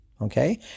Okay